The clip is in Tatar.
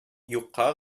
юкка